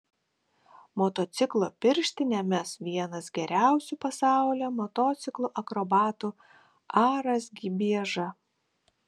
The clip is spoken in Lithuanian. motociklo pirštinę mes vienas geriausių pasaulyje motociklų akrobatų aras gibieža